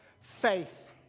faith